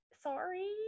sorry